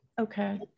Okay